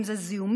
אם זה זיהומים,